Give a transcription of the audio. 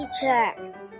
Teacher